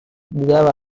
dudaba